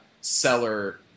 seller